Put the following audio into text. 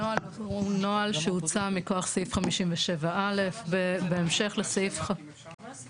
הנוהל הוא נוהל שהוצא מכוח סעיף 57א'. כדי להבהיר את